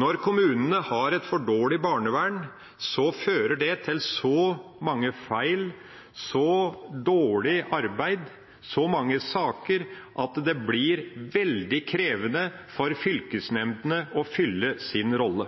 Når kommunene har et for dårlig barnevern, fører det til så mange feil, så dårlig arbeid, og så mange saker at det blir veldig krevende for fylkesnemndene å fylle sin rolle.